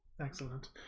Excellent